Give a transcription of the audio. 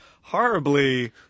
Horribly